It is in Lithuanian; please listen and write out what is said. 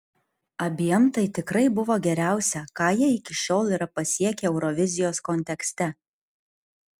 abiem tai tikrai buvo geriausia ką jie iki šiol yra pasiekę eurovizijos kontekste